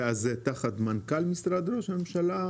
ואז זה תחת מנכ"ל משרד ראש הממשלה?